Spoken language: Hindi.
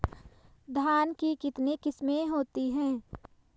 धान की कितनी किस्में होती हैं?